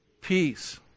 peace